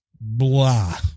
blah